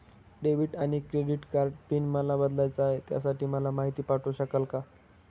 Debit आणि credit कार्डचा PIN मला बदलायचा आहे, त्यासाठी मला माहिती पाठवू शकाल का?